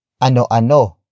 ano-ano